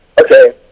Okay